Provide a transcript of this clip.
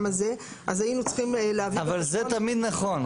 הזה אז היינו צריכים --- אבל זה תמיד נכון.